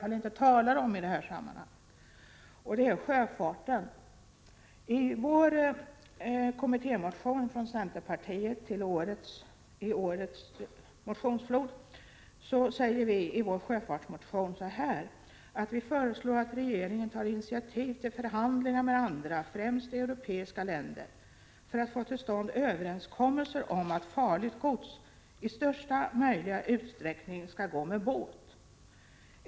Att påstå att man skulle I centerpartiets kommittémotion om sjöfarten, avlämnad i årets motionsflod, säger vi: Vi föreslår att regeringen tar initiativ till förhandlingar med andra, främst europeiska länder, för att få till stånd överenskommelser om att farligt gods största möjliga utsträckning skall gå med båt.